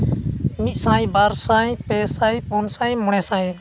ᱢᱤᱫ ᱥᱟᱭ ᱵᱟᱨ ᱥᱟᱭ ᱯᱮ ᱥᱟᱭ ᱯᱩᱱ ᱥᱟᱭ ᱢᱚᱬᱮ ᱥᱟᱭ